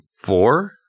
four